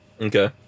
Okay